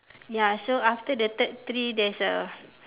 ya so after the third tree there is a